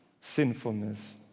sinfulness